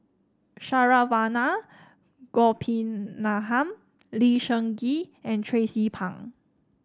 Saravanan Gopinathan Lee Seng Gee and Tracie Pang